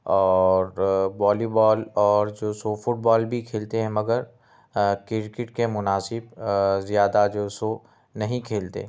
اور والی وال اور جو سو فٹ بال بھی کھیلتے ہیں مگر کرکٹ کے مناسب زیادہ جو سو نہیں کھیلتے